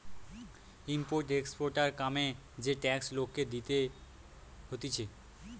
import exporter কামে যে tax লোককে দিতে হতিছে